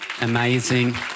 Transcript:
Amazing